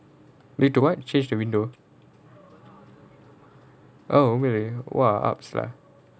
need to what change the window oh